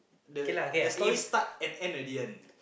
the story start and end already one